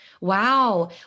wow